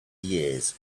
years